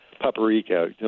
paprika